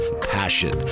passion